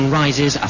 rises